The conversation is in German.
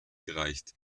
gereicht